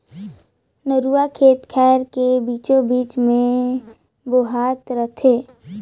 नरूवा खेत खायर के बीचों बीच मे बोहात रथे